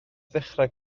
ddechrau